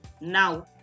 Now